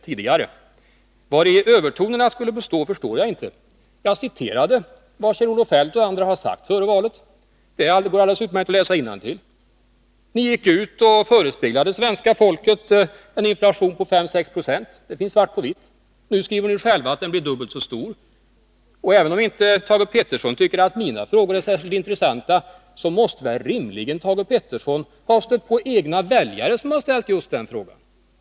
Vari övertonerna skulle bestå förstår jag inte. Jag citerade vad Kjell-Olof Feldt och andra har sagt före valet. Det går alldeles utmärkt att läsa innantill. Ni gick ut och förespeglade svenska folket en inflation på 5-6 96. Det står svart på vitt. Nu skriver ni själva att den blir dubbelt så stor. Och även om inte Thage Peterson tycker att mina frågor är särskilt intressanta, så måste väl rimligen Thage Peterson ha stött på egna väljare som har ställt just den fråga det här gäller.